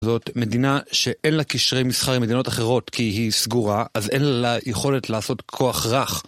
זאת מדינה שאין לה קשרי מסחר עם מדינות אחרות כי היא סגורה, אז אין לה יכולת לעשות כוח רך.